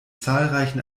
zahlreichen